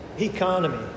economy